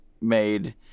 made